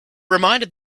reminded